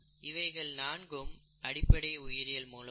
இவைகள் நான்கும் அடிப்படை உயிரியல் மூலக்கூறுகள்